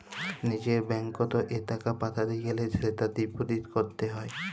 লিজের ব্যাঙ্কত এ টাকা পাঠাতে গ্যালে সেটা ডিপোজিট ক্যরত হ্য়